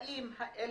האם אני